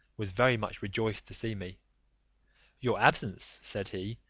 was very much rejoiced to see me your absence, said he,